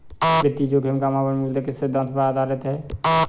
वित्तीय जोखिम का मापन मूलतः किस सिद्धांत पर आधारित है?